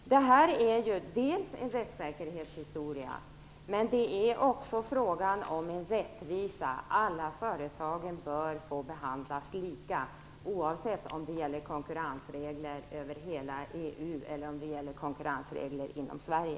Detta är dels en fråga om rättssäkerhet, dels en fråga om rättvisa. Alla företag bör behandlas lika oavsett om det är fråga om konkurrensregler som gäller i hela EU-området eller konkurrensregler som gäller inom Sverige.